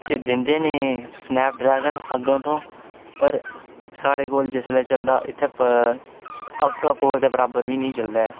एह् दिंदे निं स्नैपड्रैगन पर साढ़े कोल जिसलै चलदा इत्थें ऑक्टोपस दे बराबर बी नेईं चलदा ऐ